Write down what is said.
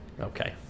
okay